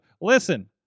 listen